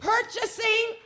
purchasing